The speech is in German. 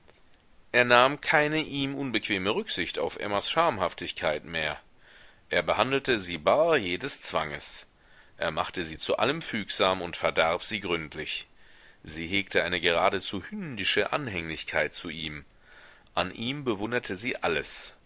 er nahm keine ihm unbequeme rücksicht auf emmas schamhaftigkeit mehr er behandelte sie bar jedes zwanges er machte sie zu allem fügsam und verdarb sie gründlich sie hegte eine geradezu hündische anhänglichkeit zu ihm an ihm bewunderte sie alles